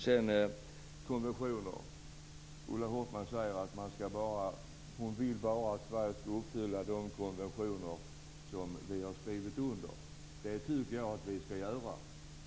Ulla Hoffmann vill bara att Sverige skall uppfylla de konventioner som vi har skrivit under. Det tycker jag att vi skall göra.